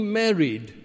married